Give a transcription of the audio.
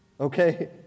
Okay